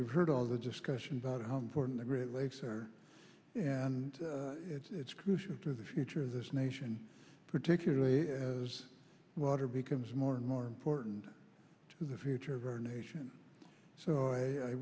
we've heard all the discussion about how important the great lakes are and it's crucial to the future of this nation particularly as water becomes more and more important to the future of our nation so i